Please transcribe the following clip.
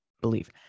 believe